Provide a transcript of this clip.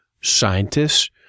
scientists